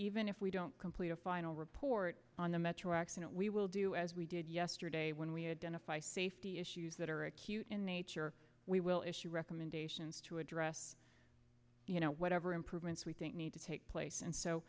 even if we don't complete a final report on the metro accident we will do as we did yesterday when we identify safety issues that are acute in nature we will issue recommendations to address you know whatever improvements we think need to take place and so